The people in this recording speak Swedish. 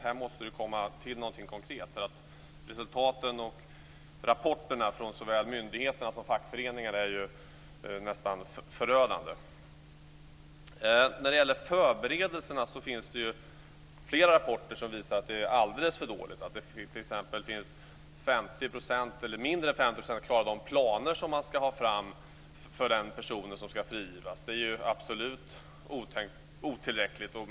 Här måste det komma till något konkret. Rapporterna från såväl myndigheterna som fackföreningarna är nästan förödande. När det gäller förberedelserna finns det flera rapporter som visar att de är alldeles för dåliga. Mindre än 50 % klarar de planer som ska fram för den person som ska frigivas. Det är absolut otillräckligt.